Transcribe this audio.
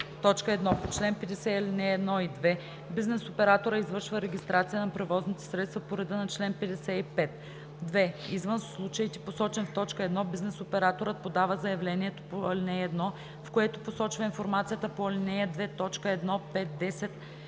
храни: 1. по чл. 50, ал. 1 и 2 бизнес операторът извършва регистрация на превозните средства по реда на чл. 55; 2. извън случаите, посочени в т. 1, бизнес операторът подава заявлението по ал. 1, в което посочва информацията по ал. 2, т. 1, 5, 10,